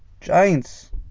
Giants